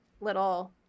little